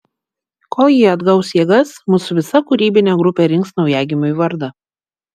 kol ji atgaus jėgas mūsų visa kūrybinė grupė rinks naujagimiui vardą